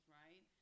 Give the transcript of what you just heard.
right